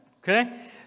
okay